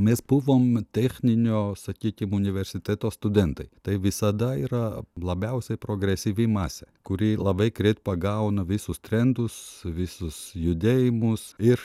mes buvom techninio sakykim universiteto studentai tai visada yra labiausiai progresyvi masė kuri labai greit pagauna visus trendus visus judėjimus ir